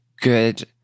good